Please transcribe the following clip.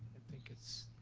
think it's,